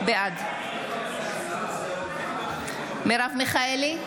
בעד מרב מיכאלי,